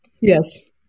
Yes